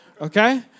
okay